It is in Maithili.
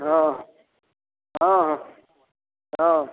हँ हँ हँ हँ